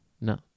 No